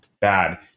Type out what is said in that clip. Bad